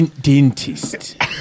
dentist